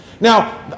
Now